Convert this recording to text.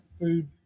food